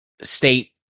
state